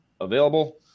available